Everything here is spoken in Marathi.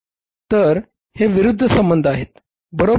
तर हे विरुध्द संबंध आहेत बरोबर